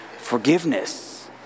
forgiveness